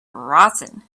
rotten